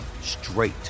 straight